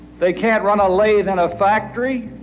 they can't run a lathe in a factory,